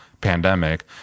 pandemic